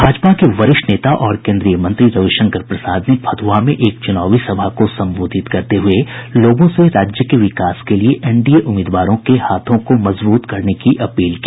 भाजपा के वरिष्ठ नेता और केन्द्रीय मंत्री रविशंकर प्रसाद ने फत्हा में एक चूनावी सभा को संबोधित करते हुये लोगों से राज्य के विकास के लिए एनडीए उम्मीदवारों के हाथों को मजबूत करने की अपील की